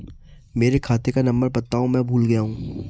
मेरे खाते का नंबर बताओ मैं भूल गया हूं